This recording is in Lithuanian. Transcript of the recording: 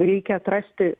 reikia atrasti